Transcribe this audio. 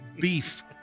beef